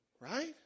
Right